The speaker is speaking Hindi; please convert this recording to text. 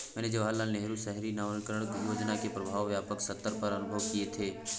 मैंने जवाहरलाल नेहरू शहरी नवीनकरण योजना के प्रभाव व्यापक सत्तर पर अनुभव किये थे